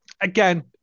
again